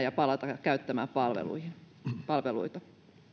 ja palata käyttämään palveluita palveluita